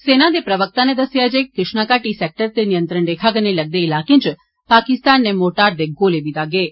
सेना दे इक प्रवक्ता नै दस्सेआ जे कृष्णा घाटी सैक्टर दे नियंत्रण रेखा कन्नै लगदे इलाके च पाकिस्तान नै मोर्टार दे गोले दागे न